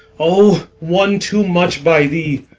o! one too much by thee.